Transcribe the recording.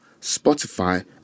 Spotify